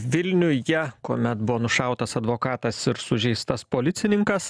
vilniuje kuomet buvo nušautas advokatas ir sužeistas policininkas